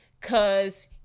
Cause